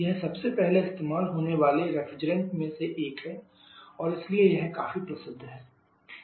यह सबसे पहले इस्तेमाल होने वाले रेफ्रिजरेंट में से एक है और इसीलिए यह काफी प्रसिद्ध है